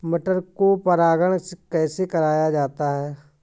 मटर को परागण कैसे कराया जाता है?